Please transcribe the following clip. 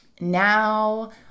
Now